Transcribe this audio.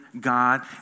God